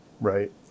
Right